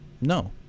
No